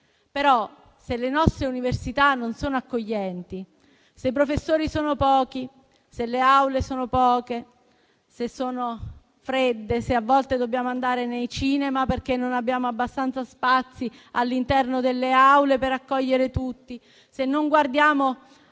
però le nostre università non sono accoglienti; se i professori sono pochi; se le aule sono poche, fredde, se a volte dobbiamo andare nei cinema perché non abbiamo abbastanza spazi all'interno delle aule per accogliere tutti; se non guardiamo